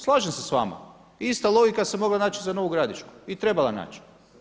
Slažem se s vama, ista logika se mogla naći za Novu Gradišku i trebala naći.